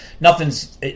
nothing's